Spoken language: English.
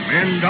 Men